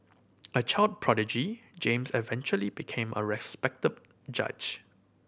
a child prodigy James eventually became a respected judge